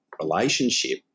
relationship